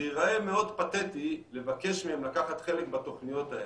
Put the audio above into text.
זה ייראה מאוד פתטי לבקש מהם לקחת חלק בתוכניות האלה.